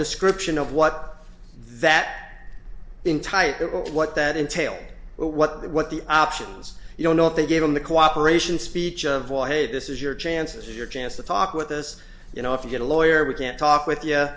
description of what that entire that what that entailed but what the what the options you don't know if they gave him the cooperation speech of why hey this is your chances your chance to talk with us you know if you get a lawyer we can't talk with y